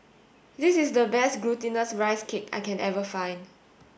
this is the best glutinous rice cake I can ever find